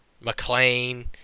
McLean